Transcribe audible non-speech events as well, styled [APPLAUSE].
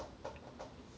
[NOISE]